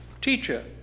Teacher